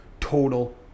total